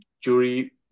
jury